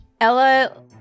Ella